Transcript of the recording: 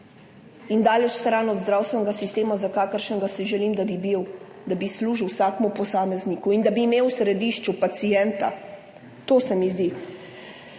in daleč stran od zdravstvenega sistema, za kakršnega si želim, da bi bil, da bi služil vsakemu posamezniku in da bi imel v središču pacienta, to se mi zdi